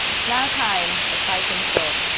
it's now time for cycling shorts.